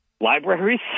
libraries